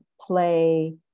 play